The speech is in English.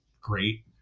great